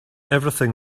everything